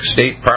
State